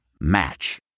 Match